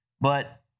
But-